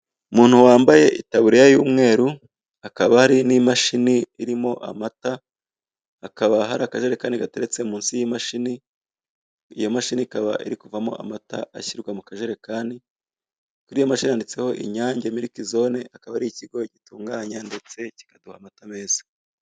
Umuntu wambaye itaburiya y'umweru, hakaba hari n'imashini irimo amata, hakaba hari akajerekani gateretse munsi y'imashini, iyo mashini ikaba iri kuvamo amata, ashyira mu kajerekani, kuri iyo mashini handitseho Inyange Miliki Zone, akaba ari ikigo gitunganya ndetse kikaduha amata meza.